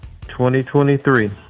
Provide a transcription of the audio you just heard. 2023